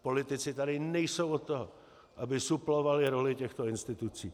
Politici tady nejsou od toho, aby suplovali roli těchto institucí.